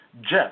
Jeff